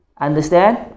Understand